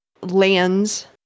lands